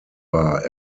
war